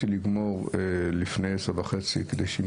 שני דברים אני תרמתי: השתדלתי לגמור לפני 10:30 כדי שאם